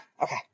Okay